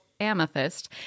Amethyst